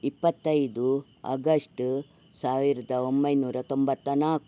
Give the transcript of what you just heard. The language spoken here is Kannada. ಇಪ್ಪತ್ತೈದು ಆಗಸ್ಟು ಸಾವಿರದ ಒಂಬೈನೂರ ತೊಂಬತ್ತ ನಾಲ್ಕು